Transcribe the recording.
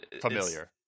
familiar